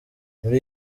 muri